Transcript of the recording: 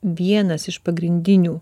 vienas iš pagrindinių